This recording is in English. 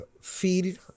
feed